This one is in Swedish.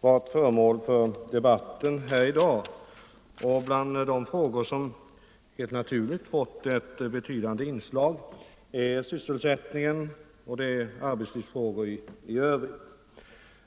varit föremål för debatt här i dag, och bland de frågor som helt naturligt fått ett betydande inslag är sysselsättningsfrågorna och arbetstidsfrågor i övrigt.